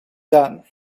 done